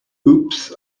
oops